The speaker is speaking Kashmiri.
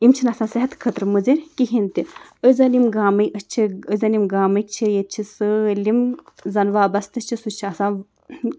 یِم چھِنہٕ آسان صحت خٲطرٕ مُضِر کِہیٖنۍ تہِ أسۍ زَن یِم گامٕے أسۍ چھِ أسۍ زَن یِم گامٕکۍ چھِ ییٚتہِ چھِ سٲلِم زَن وابسطہٕ چھِ سُہ چھِ آسان